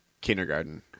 kindergarten